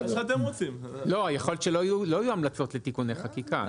יכול להיות שלא יהיו המלצות לתיקון לחקיקה,